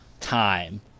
time